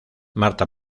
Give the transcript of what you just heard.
marta